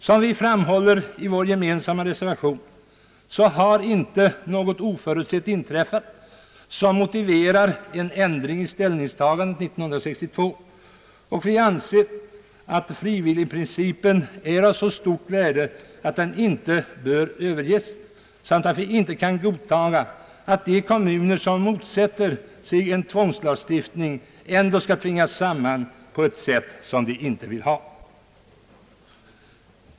Som vi framhåller i vår gemensamma reservation har inte något oförutsett inträffat som motiverar en ändring i ställningstagandet 1962. Vi anser att frivilligprincipen är av så stort värde att den inte bör överges. Vi kan inte godtaga att de kommuner som motsätter sig en tvångslagstiftning ändå skall tvingas samman på ett sätt som de inte vill.